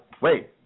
wait